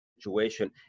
situation